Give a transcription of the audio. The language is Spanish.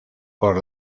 por